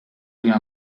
prima